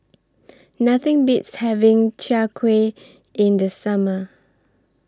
Nothing Beats having Chai Kuih in The Summer